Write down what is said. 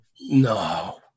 No